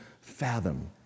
fathom